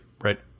right